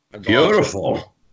Beautiful